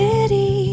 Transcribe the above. City